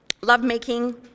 lovemaking